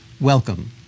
Welcome